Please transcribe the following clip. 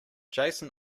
jason